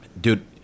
dude